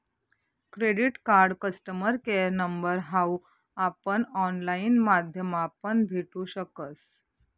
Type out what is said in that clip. credit card customer care number हाऊ आपण online माध्यमापण भेटू शकस